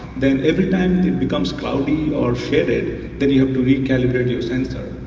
then every time it becomes cloudy or shaded then you have to re-calibrate sensor.